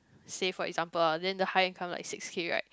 say for example ah then the higher income like six K right